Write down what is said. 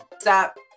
stop